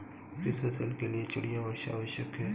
किस फसल के लिए चिड़िया वर्षा आवश्यक है?